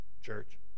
Church